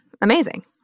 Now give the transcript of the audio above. amazing